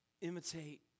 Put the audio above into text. Imitate